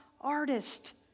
artist